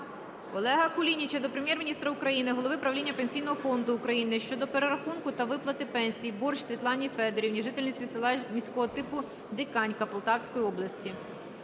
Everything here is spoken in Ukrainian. Олега Кулініча до Прем'єр-міністра України, голови правління Пенсійного фонду України щодо перерахунку та виплати пенсії Борщ Світлані Федорівні, жительці селища міського типу Диканька Полтавської області.